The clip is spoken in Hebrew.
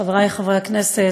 חברי חברי הכנסת,